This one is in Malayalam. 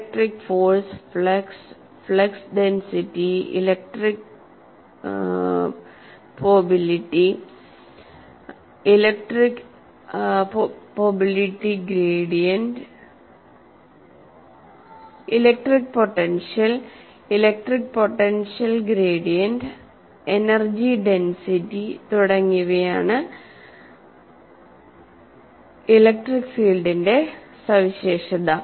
electric force flux flux density electric potential electric potential gradient energy density തുടങ്ങിയവയാണ് ഇലക്ട്രിക്ക് ഫീൽഡിന്റെ സവിശേഷത